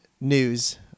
News